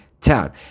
town